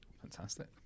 Fantastic